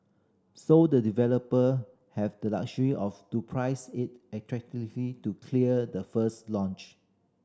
so the developer have the luxury of to price it attractively to clear the first launch